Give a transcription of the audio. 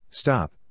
stop